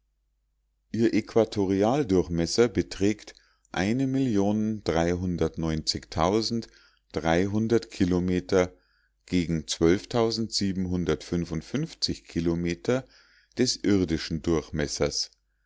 ihr äquatorialdurchmesser beträgt kilometer gegen kilometer des irdischen durchmessers